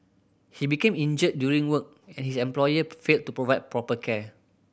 he became injured during work and his employer failed to provide proper care